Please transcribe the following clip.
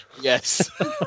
Yes